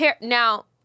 now